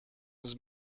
was